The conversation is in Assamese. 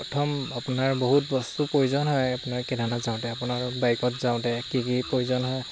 প্ৰথম আপোনাৰ বহুত বস্তু প্ৰয়োজন হয় আপোনাৰ কেদাৰনাথ যাওঁতে আপোনাৰ বাইকত যাওঁতে কি কি প্ৰয়োজন হয়